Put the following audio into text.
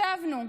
ישבנו,